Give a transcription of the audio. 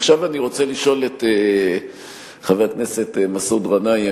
עכשיו אני רוצה לשאול את חבר הכנסת מסעוד גנאים,